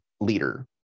leader